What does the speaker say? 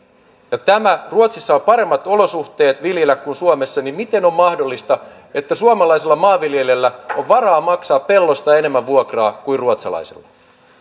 kun ruotsissa on paremmat olosuhteet viljellä kuin suomessa niin miten on mahdollista että suomalaisella maanviljelijällä on varaa maksaa pellosta enemmän vuokraa kuin ruotsalaisella